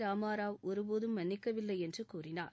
ராமாராவ் ஒருபோதும் மன்னிக்கவில்லை என்று கூறினார்